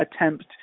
attempt